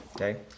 Okay